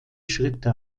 schritte